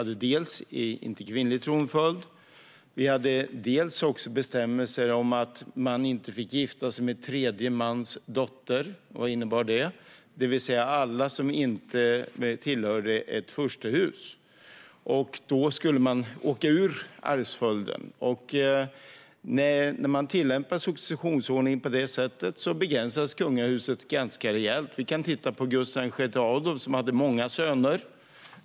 Dels hade vi inte kvinnlig tronföljd, dels hade vi en bestämmelse om att man inte fick gifta sig med tredje mans dotter, det vill säga någon som inte tillhörde ett furstehus. Då skulle man åka ur arvsföljden. När man tillämpar successionsordningen på det sättet begränsas kungahuset ganska rejält. Jag kan som exempel ta Gustav VI Adolf, som hade många söner.